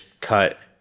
cut